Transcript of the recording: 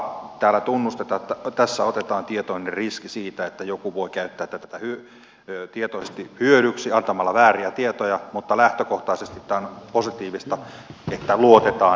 täällä tunnustetaan että tässä otetaan tietoinen riski siitä että joku voi käyttää tätä tietoisesti hyödyksi antamalla vääriä tietoja mutta lähtökohtaisesti tämä on positiivista että luotetaan ihmisiin